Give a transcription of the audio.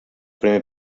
primer